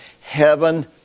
heaven